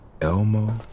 Elmo